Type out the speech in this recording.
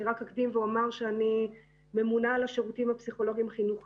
אני אקדים ואומר שאני ממונה ארצית על השירותים הפסיכולוגיים-החינוכיים.